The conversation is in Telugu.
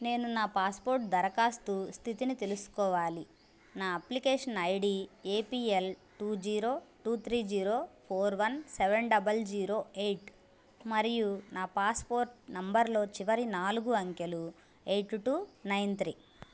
నేను నా పాస్పోర్ట్ దరఖాస్తు స్థితిని తెలుసుకోవాలి నా application ID APL two zero two three zero four one seven double zero eight మరియు నా పాస్పోర్ట్ నెంబర్లో చివరి నాలుగు అంకెలు ఎయిట్ టూ నైన్ త్రీ